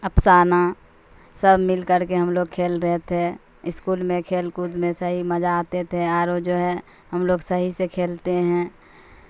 افسانہ سب مل کر کے ہم لوگ کھیل رہے تھے اسکول میں کھیل کود میں صحیح مزہ آتے تھے اور وہ جو ہے ہم لوگ صحیح سے کھیلتے ہیں